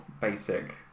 basic